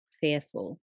fearful